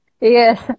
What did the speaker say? Yes